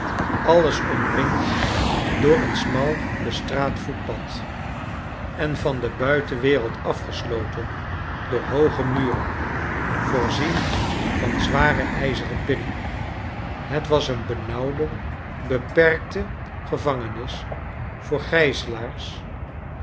alles omringd door een smal bestraat voetpad en van de buitenwereld afgesloten door hooge muren voorzien van zware ijzeren pinnen het wa s een benauwde beperkte evaugenis voor